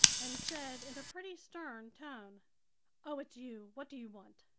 and said in a pretty stern tone oh, it's you! what do you want?